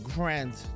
Grand